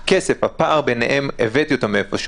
את הכסף, את הפער ביניהם הבאתי מאיפשהו.